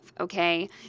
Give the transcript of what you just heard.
okay